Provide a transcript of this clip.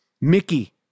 Mickey